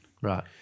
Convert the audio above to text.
Right